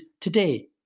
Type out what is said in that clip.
today